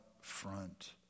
front